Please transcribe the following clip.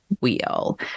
wheel